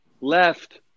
left